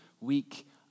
week